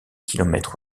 kilomètres